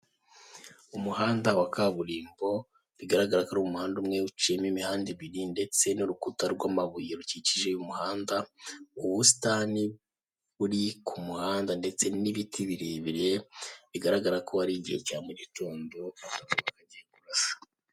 Umuhanda wa kaburimbo bigaragare ko ari umuhanda umwe uciyemo imihanda ibiri, ndetse n'urukuta rwamabuye rukikije umuhanda, ubusitani buri ku muhanda ndetse n'ibiti birebire bigaragara ko ari igihe cya mu gitondo igihe rirasa.